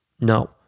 No